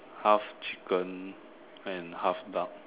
half chicken and half duck